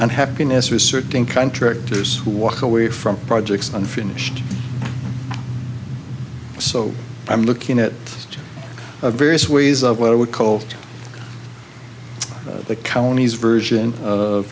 unhappiness or asserting contractors who walk away from projects unfinished so i'm looking at a various ways of what i would call the county's version of